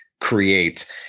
create